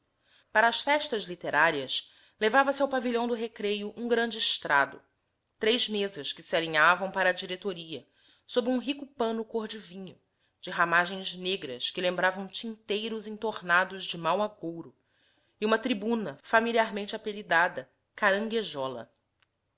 para as festas literárias levava se ao pavilhão do recreio um grande estrado três mesas que se alinhavam para a diretoria sob um rico pano cor de vinho de ramagens negras que lembravam tinteiros entornados de mau agouro e uma tribuna familiarmente apelidada caranguejola